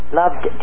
loved